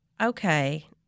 okay